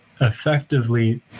effectively